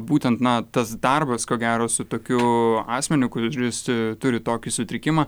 būtent na tas darbas ko gero su tokiu asmeniu kuris žodžiu jis turi tokį sutrikimą